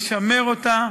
לשמר אותה,